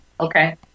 Okay